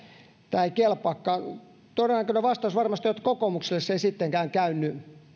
tämä ei kelpaakaan todennäköinen vastaus varmasti on että kokoomukselle se ei sittenkään käynyt